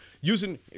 Using